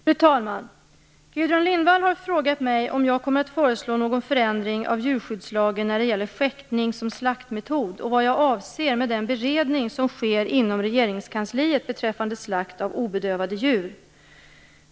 Fru talman! Gudrun Lindvall har frågat mig om jag kommer att föreslå någon förändring av djurskyddslagen när det gäller skäktning som slaktmetod och vad jag avser med den beredning som sker inom Regeringskansliet beträffande slakt av obedövade djur.